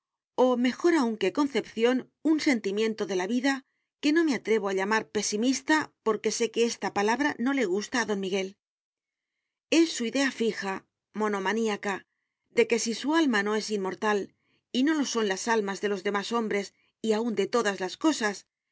o mejor aún que concepción un sentimiento de la vida que no me atrevo a llamar pesimista porque sé que esta palabra no le gusta a don miguel es su idea fija monomaníaca de que si su alma no es inmortal y no lo son las almas de los demás hombres y aun de todas las cosas